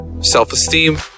self-esteem